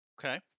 Okay